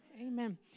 amen